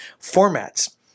formats